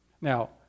Now